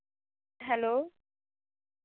hello